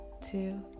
two